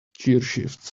gearshifts